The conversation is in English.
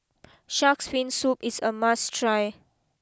shark's Fin Soup is a must try